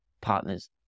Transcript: partners